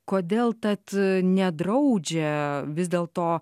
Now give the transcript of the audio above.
kodėl tad nedraudžia vis dėlto